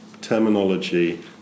terminology